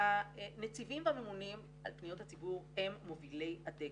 הנציבים והממונים על פניות הציבור הם מובילי הדגל.